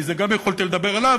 כי יכולתי לדבר גם עליו.